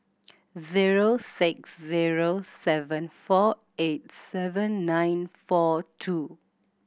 zero six zero seven four eight seven nine four two